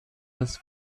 das